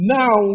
now